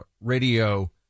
radio